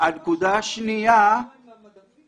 לא הורידו אותה מהמדפים?